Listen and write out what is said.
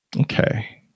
Okay